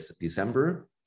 December